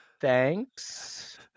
thanks